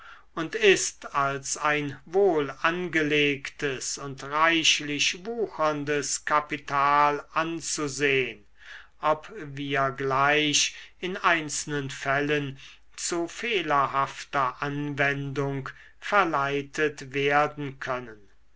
und ist als ein wohl angelegtes und reichlich wucherndes kapital anzusehn ob wir gleich in einzelnen fällen zu fehlerhafter anwendung verleitet werden können